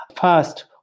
First